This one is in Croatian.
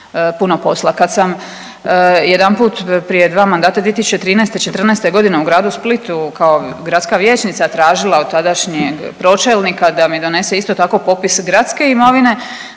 puno posla. Kada sam jedanput prije dva mandata 2013., '14.g. u gradu Splitu kao gradska vijećnica tražila od tadašnjeg pročelnika da mi donese isto tako popis gradske imovine,